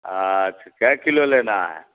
اچھا کے کیلو لینا ہے